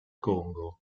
congo